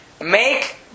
make